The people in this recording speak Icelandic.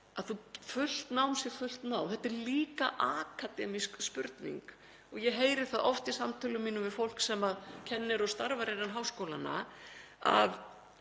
að fullt nám sé fullt nám. Þetta er líka akademísk spurning og ég heyri það oft í samtölum mínum við fólk sem kennir og starfar innan háskólanna að